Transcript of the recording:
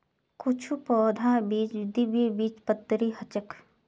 कुछू पौधार बीज द्विबीजपत्री ह छेक